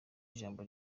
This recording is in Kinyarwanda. ijambo